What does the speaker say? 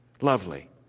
lovely